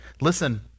Listen